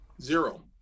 zero